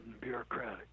bureaucratic